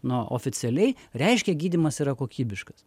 na oficialiai reiškia gydymas yra kokybiškas